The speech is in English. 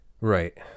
Right